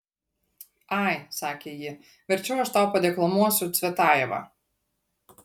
ai sakė ji verčiau aš tau padeklamuosiu cvetajevą